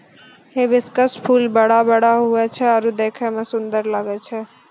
hibiscus फूल बड़ा बड़ा हुवै छै आरु देखै मे सुन्दर लागै छै